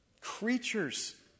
creatures